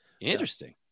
Interesting